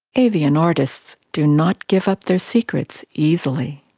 avian artists do not give up their secrets easily.